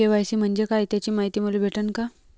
KYC म्हंजे काय त्याची मायती मले भेटन का?